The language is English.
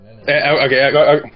Okay